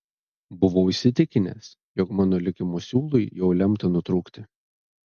buvau įsitikinęs jog mano likimo siūlui jau lemta nutrūkti